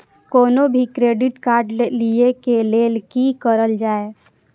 कोनो भी credit card लिए के लेल की करल जाय?